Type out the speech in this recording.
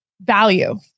value